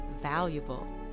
valuable